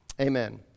Amen